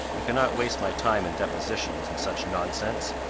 and can not waste my time in depositions, and such nonsense.